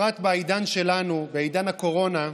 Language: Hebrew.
בפרט בעידן שלנו, בעידן הקורונה,